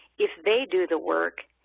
if they do the work,